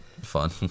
fun